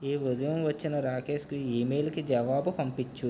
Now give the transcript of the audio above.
ఈ ఉదయం వచ్చిన రాకేశ్ ఈమెయిల్కి జవాబు పంపించు